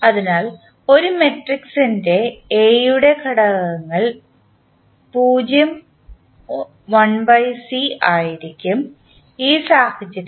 അതിനാൽ ഒരു മാട്രിക്സിൻറെ A യുടെഘടകങ്ങൾ 0 ആയിരിക്കും ഈ സാഹചര്യത്തിൽ